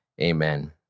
amen